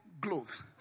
gloves